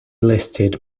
listed